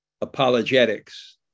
apologetics